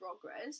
progress